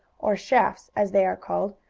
or shafts, as they are called,